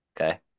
Okay